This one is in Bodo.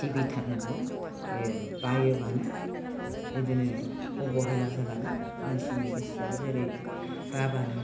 सिबिथारनांगौ बे बायोबानो बिदिनो अब'हेला जालाङो मानसिनि गोसोआ जेरै बाबानो